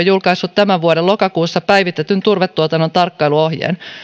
julkaissut tämän vuoden lokakuussa päivitetyn turvetuotannon tarkkailuohjeen